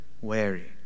wary